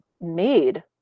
made